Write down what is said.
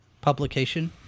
publication